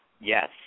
yes